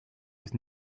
his